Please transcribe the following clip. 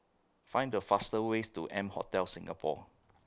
Find The faster ways to M Hotel Singapore